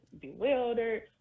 bewildered